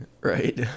right